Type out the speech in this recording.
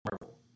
Marvel